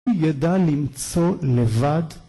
‫הוא ידע למצוא נבד?